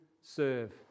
serve